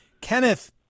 kenneth